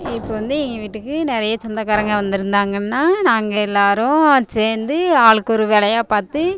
இப்போ வந்து எங்கள் வீட்டுக்கு நிறைய சொந்தகாரங்கள் வந்திருந்தாங்கன்னா நாங்கள் எல்லாேரும் சேர்ந்து ஆளுக்கு ஒரு வேலையாக பார்த்து